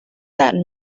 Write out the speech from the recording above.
that